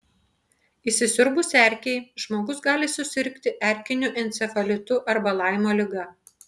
įsisiurbus erkei žmogus gali susirgti erkiniu encefalitu arba laimo liga